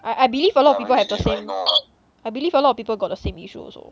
I I believe a lot of people have the same I believe a lot of people got the same issue also